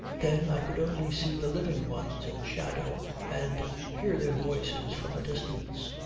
then i could only see the living ones in shadow and hear their voices from a distance.